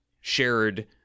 shared